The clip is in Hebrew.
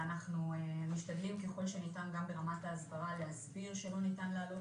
אנחנו משתדלים ככול שניתן גם ברמת ההסברה להסביר שלא ניתן לעלות